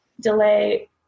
delay